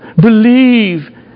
Believe